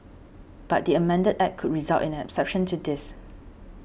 but the amended Act could result in an exception to this